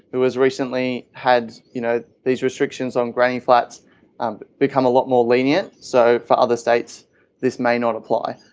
who has recently had you know these restriction on granny flats and become a lot more linear, so for other states this may not apply.